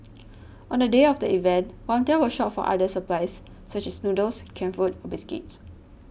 on the day of the event volunteers will shop for other supplies such as noodles canned food or biscuits